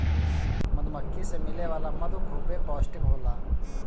मधुमक्खी से मिले वाला मधु खूबे पौष्टिक होला